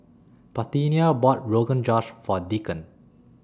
Parthenia bought Rogan Josh For Deacon